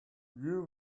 you